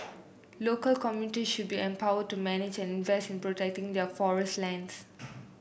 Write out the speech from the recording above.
local communities should be empowered to manage and invest in protecting their forest lands